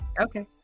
Okay